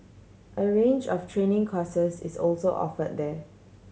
a range of training courses is also offered there